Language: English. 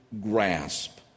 grasp